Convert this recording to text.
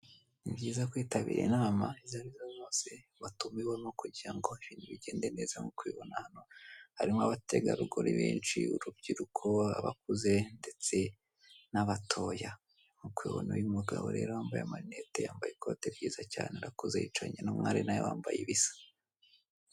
Ni byiza kwitabira inama, izo ari zo zose watumiwemo kugira ngo ibintu bigende neza! Nk'uko ubibona hano, harimo abategarugori benshi, urubyiruko, abakuze, ndetse n'anatoya. Nk'uko ubibona rero uyu mugabo wambaye amarinete yambaye ikote ryiza cyane, arakuze yicaranye n'umwari na we wambaye ibisa.